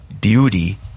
beauty